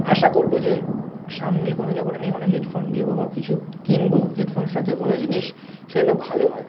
আশা করবো যে সামনে কোনও যখন আমি কোনও হেডফোন নেবো বা কিছু কিনবো হেডফোন জাতীয় কোনও জিনিস সেটা যেন ভালো হয়